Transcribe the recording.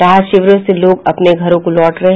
राहत शिविरों से लोग अपने घरों को लौट रहे हैं